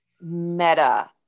meta